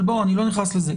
אבל אני לא נכנס לזה.